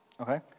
Okay